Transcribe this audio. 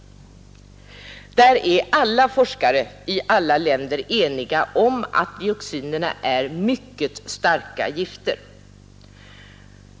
Därvidlag är alla forskare i alla länder eniga om att dioxinerna är mycket starka gifter.